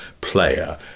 player